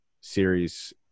series